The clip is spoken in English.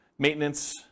maintenance